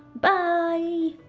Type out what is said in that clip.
bye